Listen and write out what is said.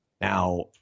Now